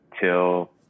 till